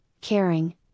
caring